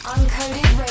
Uncoded